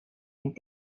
and